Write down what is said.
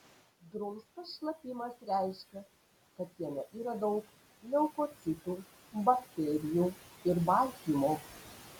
drumstas šlapimas reiškia kad jame yra daug leukocitų bakterijų ir baltymo